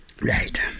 right